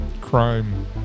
crime